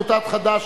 קבוצת חד"ש,